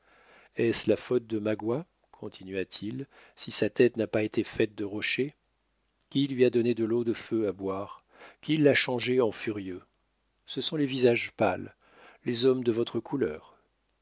est-ce la faute de magua continua-t-il si sa tête n'a pas été faite de rocher qui lui a donné de l'eau de feu à boire qui l'a changé en furieux ce sont les visages pâles les hommes de votre couleur